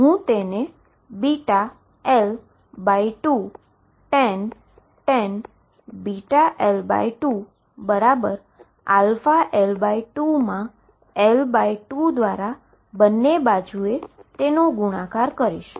હું તેને βL2tan βL2 αL2 મા L2 દ્વારા બંને બાજુ એ ગુણાકાર કરીશ